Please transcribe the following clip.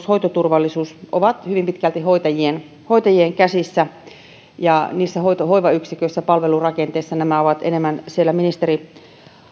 hoitoturvallisuus ovat hyvin pitkälti hoitajien hoitajien käsissä ja hoivayksiköt palvelurakenteissa ovat enemmän siellä ministeri